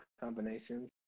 combinations